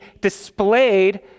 displayed